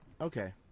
Okay